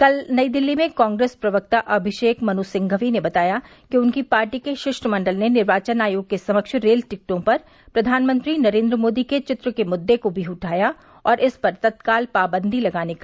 कल नई दिल्ली में कांग्रेस प्रवक्ता अभिषेक मनु सिंघवी ने बताया कि उनकी पार्टी के शिष्टमंडल ने निर्वाचन आयोग के समक्ष रेल टिकटों पर प्रधानमंत्री नरेन्द्र मोदी के चित्र के मुद्दे को भी उठाया और इस पर तत्काल पाबंदी लगाने का आग्रह किया